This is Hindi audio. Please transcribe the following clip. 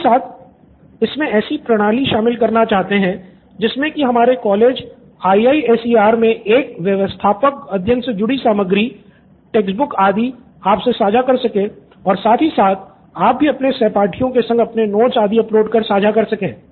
साथ ही साथ हम इसमे ऐसी प्रणाली अध्ययन से जुड़ी सामग्री टेक्स्ट बुक्स आदि आपसे साझा कर सके और साथ ही साथ आप भी अपने सहपाठियों के संग अपने नोट्स आदि अपलोड कर साझा कर सके